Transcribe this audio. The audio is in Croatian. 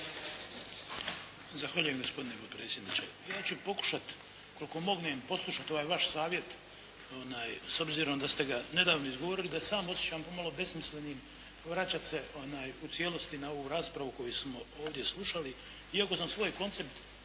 Zahvaljujem, gospodine potpredsjedniče. Ja ću pokušati koliko mognem poslušati ovaj vaš savjet s obzirom da ste ga nedavno izgovorili da sam osjećam pomalo besmislenim vraćati se u cijelosti na ovu raspravu koju smo ovdje slušali iako sam svoj koncept